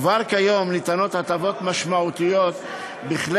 כבר כיום ניתנות הטבות משמעותיות בכלי